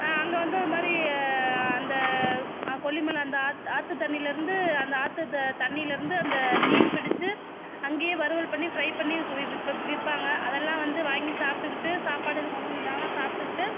அங்கே வந்து இதுமாதிரி அந்த கொல்லிமலை அந்த ஆற்று தண்ணியில இருந்து அந்த ஆற்று தண்ணியிலருந்து அந்த மீன் பிடிச்சு அங்கேயே வறுவல் பண்ணி ஃப்ரை பண்ணி விற்பாங்க அதெல்லாம் வந்து வாங்கி சாப்பிடுகுட்டு சாப்பாடு எதுவும் கொண்டு வந்துயிருந்தாங்கனா சாப்பிடுகுட்டு